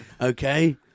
okay